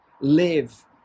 live